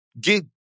get